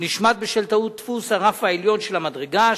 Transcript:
נשמט בשל טעות דפוס הרף העליון של המדרגה.